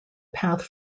path